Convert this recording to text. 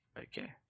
Okay